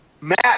Matt